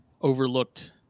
overlooked